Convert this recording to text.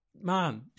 man